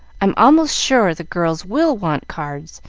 i'm almost sure the girls will want cards,